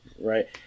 right